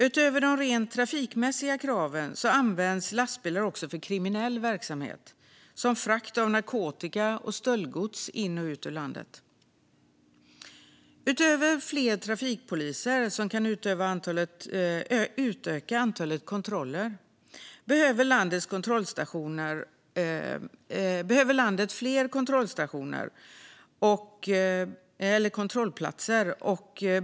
Utöver de rent trafikmässiga kraven används lastbilar också för kriminell verksamhet som frakt av narkotika och stöldgods in och ut ur landet. Utöver fler trafikpoliser som kan utöka antalet kontroller behöver landet fler kontrollplatser.